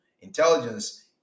intelligence